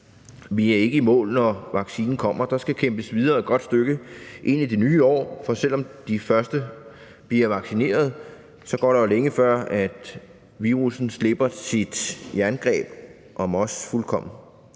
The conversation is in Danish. vi er ikke i mål, når vaccinen kommer. Der skal kæmpes videre et godt stykke ind i det nye år, for selv om de første bliver vaccineret, går der jo længe, før virussen slipper sit jerngreb om os fuldkommen.